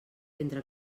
entre